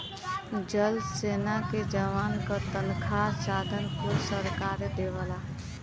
जल सेना के जवान क तनखा साधन कुल सरकारे देवला